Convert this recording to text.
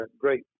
great